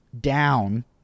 down